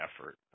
effort